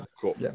cool